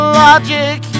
logic